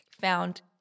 found